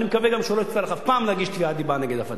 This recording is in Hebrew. אני מקווה שגם לא אצטרך אף פעם להגיש תביעת דיבה נגד אף אדם.